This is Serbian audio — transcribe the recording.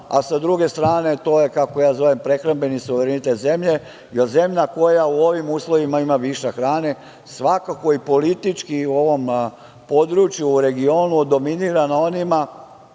a sa druge strane, to je kako ja zovem, prehrambeni suverenitet zemlje, jer zemlja koja u ovim uslovima ima višak hrane, svakako i politički u ovom području u regionu dominira na onima,